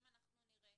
אם אנחנו נראה